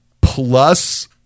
plus